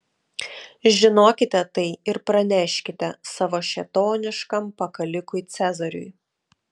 žinokite tai ir praneškite savo šėtoniškam pakalikui cezariui